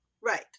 right